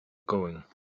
going